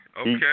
Okay